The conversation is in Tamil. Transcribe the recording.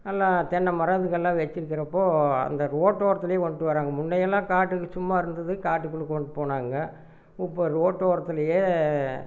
நல்லா தென்னை மரம் இதுகள்லாம் வச்சிருக்குறப்போது அந்த ரோட்டோரத்துலேயும் கொண்டு வராங்க முன்னேயெல்லாம் காட்டுக்கு சும்மா இருந்தது காட்டுக்குள்கெ கொண்டு போனாங்க இப்போ ரோட்டோரத்துலேயே